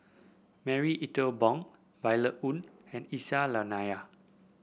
Marie Ethel Bong Violet Oon and Aisyah Lyana